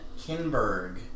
Kinberg